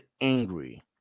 angry